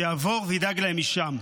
שיעבור וידאג להם משם.